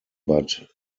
but